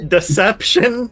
Deception